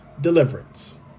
deliverance